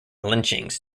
lynchings